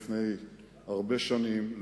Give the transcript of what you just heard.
לפני הרבה שנים.